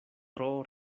tro